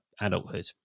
adulthood